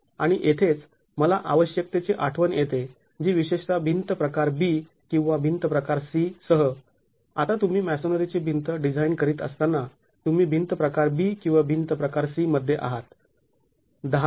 आणि येथेच मला आवश्यकतेची आठवण येते जी विशेषतः भिंत प्रकार B किंवा भिंत प्रकार C सह आता तुम्ही मॅसोनरीची भिंत डिझाईन करीत असताना तुम्ही भिंत प्रकार B किंवा भिंत प्रकार C मध्ये आहात १०